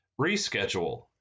reschedule